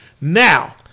Now